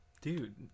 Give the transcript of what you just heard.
Dude